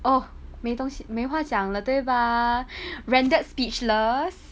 oh 没东西没话讲了对吧 rendered speechless